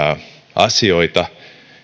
asioita